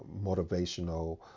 Motivational